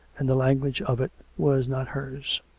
and the language of it was not hers.